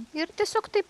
ir tiesiog taip